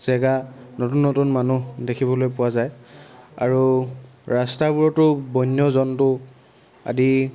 জেগা নতুন নতুন মানুহ দেখিবলৈ পোৱা যায় আৰু ৰাস্তাবোৰতো বন্যজন্তু আদি